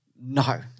No